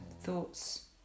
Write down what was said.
thoughts